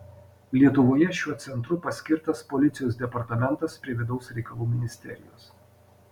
lietuvoje šiuo centru paskirtas policijos departamentas prie vidaus reikalų ministerijos